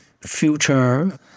future